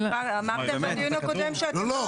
לא, לא.